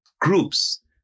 groups